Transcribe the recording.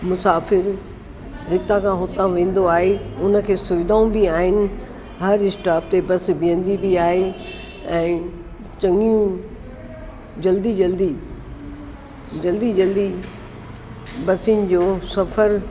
मुसाफ़िर हितां खां उतां वेंदो आहे उन खे सुविधाऊं बि आहिनि हर स्टाप ते बस बीहंदी बि आहे ऐं चङियूं जल्दी जल्दी जल्दी जल्दी बसियुनि जो सफर